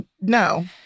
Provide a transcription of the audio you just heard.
no